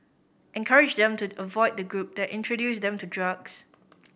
encourage them to avoid the group that introduced them to drugs